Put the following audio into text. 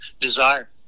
desire